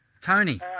Tony